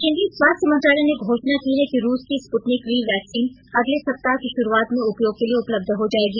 केन्द्रीय स्वास्थ्य मंत्रालय ने घोषणा की है कि रूस की स्पृत्निक वी वैक्सीन अगले सप्ताह की शुरूआत में उपयोग के लिये उपलब्ध हो जायेगी